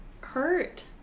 hurt